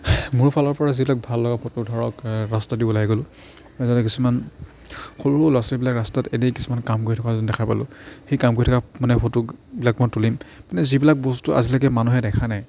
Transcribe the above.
মোৰ ফালৰপৰা যিবিলাক ভাললগা ফটো ধৰক ৰাস্তাইদি ওলাই গ'লো ওলাই যাওঁতে কিছুমান সৰু সৰু ল'ৰা ছোৱালীবিলাক ৰাস্তাত এনেই কিছুমান কাম কৰি থকা যদি দেখা পালোঁ সেই কাম কৰি থকা মানে ফটোবিলাক মই তুলিম মানে যিবিলাক বস্তু আজিলৈকে মানুহে দেখা নাই